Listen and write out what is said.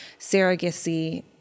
surrogacy